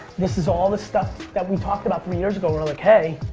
this is all the stuff that we talked about three years ago, we're like hey,